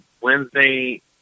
Wednesday